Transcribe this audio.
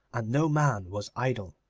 and no man was idle.